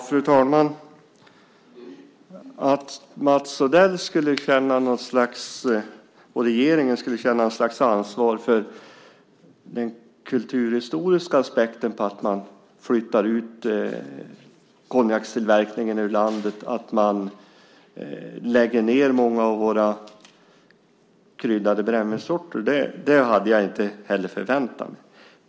Fru talman! Att Mats Odell och regeringen skulle känna något slags ansvar för den kulturhistoriska aspekten på att man flyttar ut konjakstillverkningen ur landet och att man lägger ned produktionen av många av våra kryddade brännvinssorter hade jag inte heller förväntat mig.